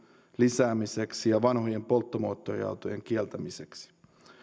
lisäämiseksi ja vanhojen polttomoottoriautojen kieltämiseksi